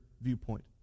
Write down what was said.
viewpoint